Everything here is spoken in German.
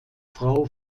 frau